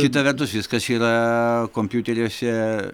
kita vertus viskas yra kompiuteriuose